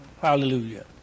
Hallelujah